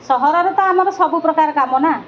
ସହରରେ ତ ଆମର ସବୁପ୍ରକାର କାମ ନା